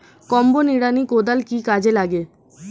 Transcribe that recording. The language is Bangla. কম্বো নিড়ানি কোদাল কি কাজে লাগে?